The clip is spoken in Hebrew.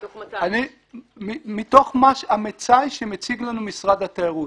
מתוך 200. מתוך המצאי שמציג לנו משרד התיירות.